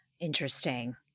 Interesting